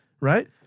Right